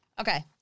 Okay